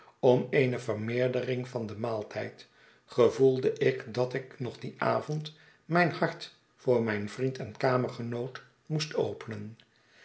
om eene vermeerdering van den maaltijd gevoelde ik dat ik nog dien avond mijn hart voor mijn vriend en kamergenoot moest openen